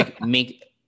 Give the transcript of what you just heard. make